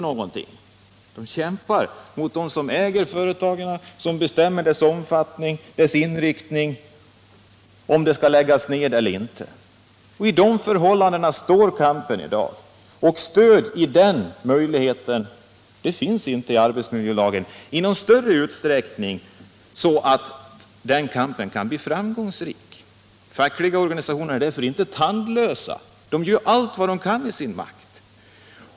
De kämpar mot dem som äger företagen och bestämmer produktionens omfattning och inriktning samt beslutar om företagen skall läggas ned eller inte. Det är under dessa förhållanden som kampen i dag förs, och arbetsmiljölagen ger inte löntagarna något större stöd för att göra den kampen framgångsrik. De fackliga organisationerna är för den skull inte tandlösa. De gör allt vad som står i deras makt.